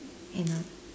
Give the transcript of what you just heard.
another